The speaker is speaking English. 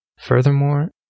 Furthermore